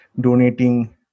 donating